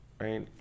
right